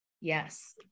Yes